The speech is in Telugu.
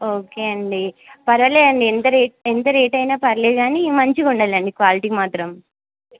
ఓకే అండి పర్లేదు అండి ఎంత రేట్ ఎంత రేట్ అయిన పర్లే కానీ మంచిగా ఉండాలండి క్వాలిటీ మాత్రం